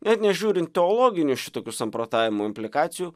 net nežiūrint teologinių šitokių samprotavimų implikacijų